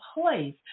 place